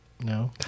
No